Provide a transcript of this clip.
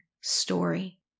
story